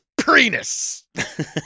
Prenus